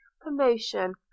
promotion